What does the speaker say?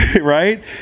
right